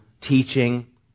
teaching